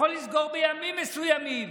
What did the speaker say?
יכול לסגור בימים מסוימים,